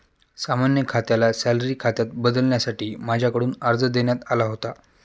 सामान्य खात्याला सॅलरी खात्यात बदलण्यासाठी माझ्याकडून अर्ज देण्यात आला होता